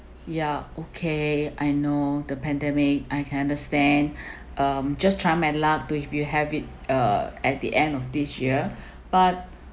ya okay I know the pandemic I can understand um just try my luck to if you have it uh at the end of this year but